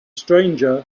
stranger